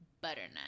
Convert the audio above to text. butternut